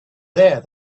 there